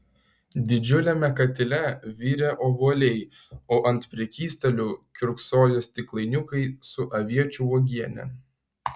didžiuliame katile virė obuoliai o ant prekystalių kiurksojo stiklainiukai su aviečių uogiene